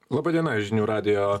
laba diena žinių radijo